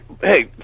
hey